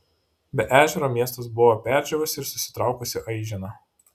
be ežero miestas buvo perdžiūvusi ir susitraukusi aižena